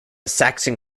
saxon